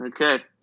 Okay